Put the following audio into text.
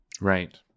Right